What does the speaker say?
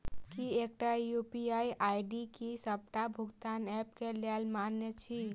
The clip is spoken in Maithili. की एकटा यु.पी.आई आई.डी डी सबटा भुगतान ऐप केँ लेल मान्य अछि?